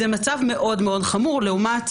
זה מצב מאוד חמור לעומת